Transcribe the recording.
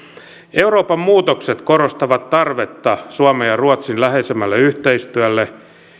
euroopan muutokset korostavat tarvetta suomen ja ruotsin läheisemmälle yhteistyölle